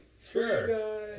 sure